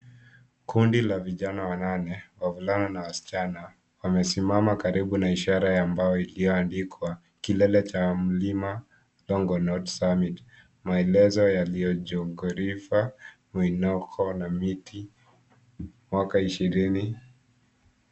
Kundi la vijana wanane, wavulana na wasichana wamesimama karibu na ishara ya mbao iliyoandikwa kilele cha mlima Longonot Summit, Maelezo yaliyojongorifa, kwinoko na miti, mwaka ishirini.